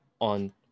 on